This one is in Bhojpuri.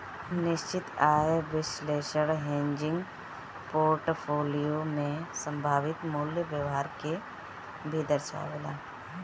निश्चित आय विश्लेषण हेजिंग पोर्टफोलियो में संभावित मूल्य व्यवहार के भी दर्शावेला